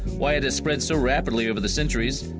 why it has spread so rapidly over the centuries.